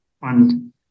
fund